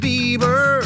Bieber